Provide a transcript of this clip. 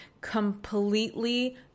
completely